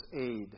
aid